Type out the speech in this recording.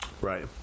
Right